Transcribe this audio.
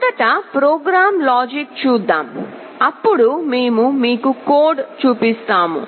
మొదట program logic చూద్దాం అప్పుడు మేము మీకు కోడ్ చూపిస్తాము